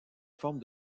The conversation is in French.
forme